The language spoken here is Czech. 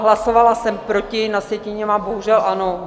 Hlasovala jsem proti, na sjetině mám bohužel ano.